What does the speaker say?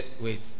Wait